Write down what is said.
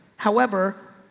however,